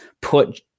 put